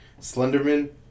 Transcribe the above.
Slenderman